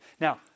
Now